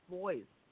voice